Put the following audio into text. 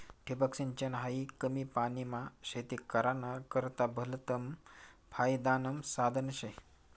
ठिबक सिंचन हायी कमी पानीमा शेती कराना करता भलतं फायदानं साधन शे